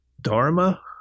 Dharma